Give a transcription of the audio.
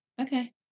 Okay